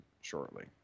shortly